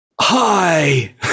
hi